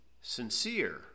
sincere